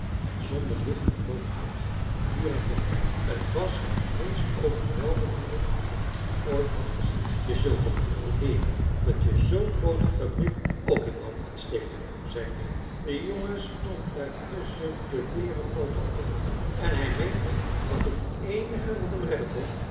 en zonden licht en rook uit en vuur en vonken t was het meest overweldigende wat hij ooit had gezien je zult toch niet beweren dat je zoo'n groote fabriek ook in brand kunt steken zei de beer de jongen stond daar tusschen de berenpooten geklemd en hij meende dat het eenige wat hem redden kon